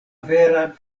vera